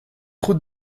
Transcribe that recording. route